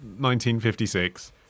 1956